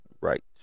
right